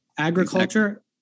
Agriculture